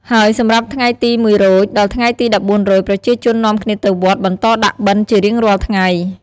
ហើយសម្រាប់ថ្ងៃទី០១រោច ដល់ថ្ងៃទី១៤រោច ប្រជាជននាំគ្នាទៅវត្ត បន្តដាក់បិណ្ឌជារៀងរាល់ថ្ងៃ។